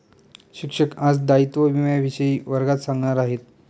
शिक्षक आज दायित्व विम्याविषयी वर्गात सांगणार आहेत